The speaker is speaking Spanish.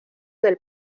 del